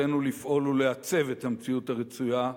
חובתנו לפעול ולעצב את המציאות הרצויה,